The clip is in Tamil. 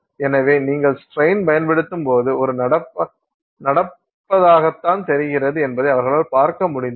எனவே நீங்கள் ஸ்ட்ரெயின் பயன்படுத்தும்போது இது நடப்பதாகத் தெரிகிறது என்பதை அவர்களால் பார்க்க முடிந்தது